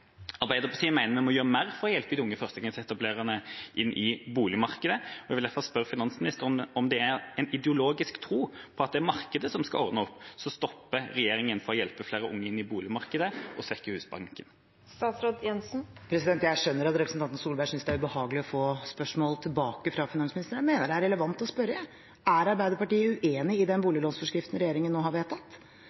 Arbeiderpartiet mener en må gjøre mer for å hjelpe de unge førstegangsetablererne inn i boligmarkedet. Jeg vil derfor spørre finansministeren om det er en ideologisk tro på at det er markedet som skal ordne opp, som stopper regjeringen i å hjelpe flere unge inn i boligmarkedet ved å svekke Husbanken? Jeg skjønner at representanten Tvedt Solberg synes det er ubehagelig å få spørsmål tilbake fra finansministeren, men jeg mener det er relevant å spørre: Er Arbeiderpartiet uenig i den boliglånsforskriften regjeringen nå har vedtatt?